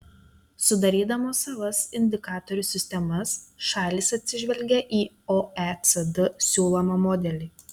sudarydamos savas indikatorių sistemas šalys atsižvelgia į oecd siūlomą modelį